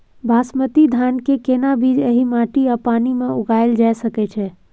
बासमती धान के केना बीज एहि माटी आ पानी मे उगायल जा सकै छै?